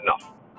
enough